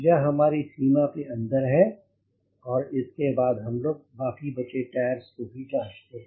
यह हमारी सीमा के अंदर है और इसके बाद हम लोग बाकी बचे टायर्स को भी जांचते हैं